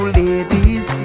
ladies